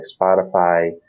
Spotify